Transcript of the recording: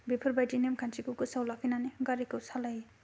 बेफोरबायदि नेमखान्थिखौ गोसोआव लाखिनानै गारिखौ सालाय